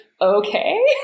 okay